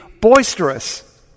boisterous